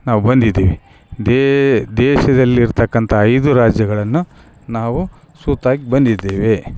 ನಾವು ಬಂದಿದ್ದೀವಿ ದೇಶದಲ್ಲಿ ಇರ್ತಕ್ಕಂಥ ಐದು ರಾಜ್ಯಗಳನ್ನು ನಾವು ಸುತ್ತಕ್ಕೆ ಬಂದಿದ್ದೀವಿ